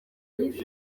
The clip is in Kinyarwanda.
neza